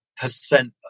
percent